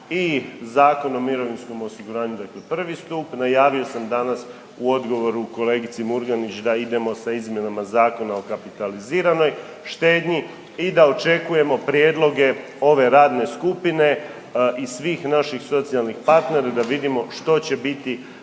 i Zakon o mirovinskom osiguranju dakle prvi stup, najavio sam danas u odgovoru kolegici Murganić da idemo sa izmjenom Zakona o kapitaliziranoj štednji i da očekujemo prijedloge ove radne skupine i svih naših socijalnih partnera da vidimo što će biti